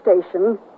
station